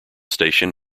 station